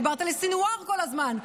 דיברת לסנוואר כל הזמן,